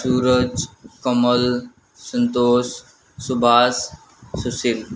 Suraj Kamal Santosh Subhash Sushil